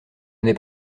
n’est